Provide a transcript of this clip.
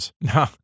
No